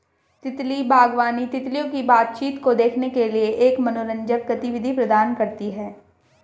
तितली बागवानी, तितलियों की बातचीत को देखने के लिए एक मनोरंजक गतिविधि प्रदान करती है